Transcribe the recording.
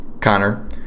connor